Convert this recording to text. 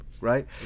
right